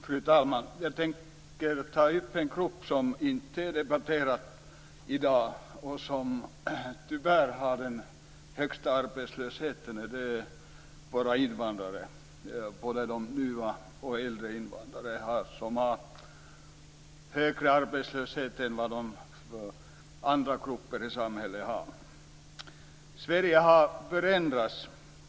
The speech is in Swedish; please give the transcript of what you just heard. Fru talman! Jag tänker ta upp en grupp som inte har debatterats i dag och som tyvärr har den högsta arbetslösheten, nämligen våra invandrare. Både de nya och de äldre invandrarna har högre arbetslöshet än vad andra grupper i samhället har. Sverige har förändrats.